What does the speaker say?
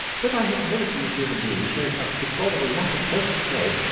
but i have never seen a human being show such deplorable lack of self-control.